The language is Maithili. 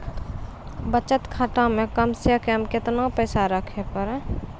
बचत खाता मे कम से कम केतना पैसा रखे पड़ी?